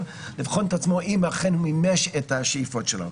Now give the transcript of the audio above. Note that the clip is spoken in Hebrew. לבחון את עצמו האם אכן הוא מימש את השאיפות שלו.